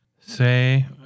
say